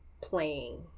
playing